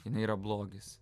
jinai yra blogis